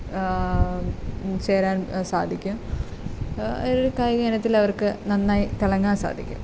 ചേരാൻ സാധിക്കും ഒരൊരു കായിക ഇനത്തിൽ അവർക്ക് നന്നായി തിളങ്ങാൻ സാധിക്കും